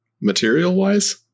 material-wise